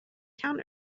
town